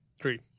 three